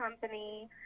company